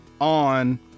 on